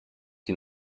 die